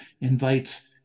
invites